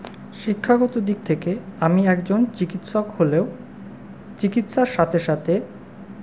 শিক্ষাগত দিক থেকে আমি একজন চিকিৎসক হলেও চিকিৎসার সাথে সাথে